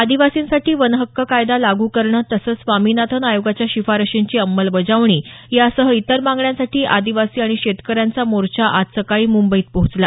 आदिवासींसाठी वन हक्क कायदा लागू करणं तसंच स्वामीनाथन आयोगाच्या शिफारशींची अंमलबजावणी यासह इतर मागण्यांसाठी आदिवासी आणि शेतकऱ्यांचा मोर्चा आज सकाळी मुंबईत पोहोचला